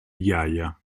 ghiaia